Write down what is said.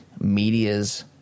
media's